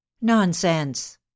Nonsense